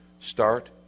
Start